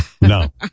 No